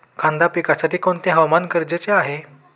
कांदा पिकासाठी कोणते हवामान गरजेचे आहे?